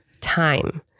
time